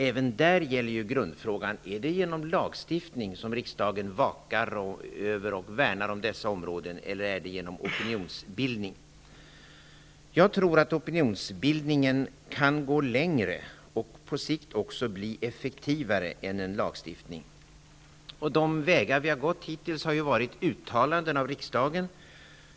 Även där gäller grundfrågan: Är det genom lagstiftning som riksdagen skall vaka över och värna om dessa områden eller är det genom opinionsbildning? Jag tror att opinionsbildningen kan gå längre och på sikt också bli effektivare än en lagstiftning. De vägar som vi hittills har gått har varit uttalanden i riksdagen.